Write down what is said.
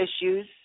issues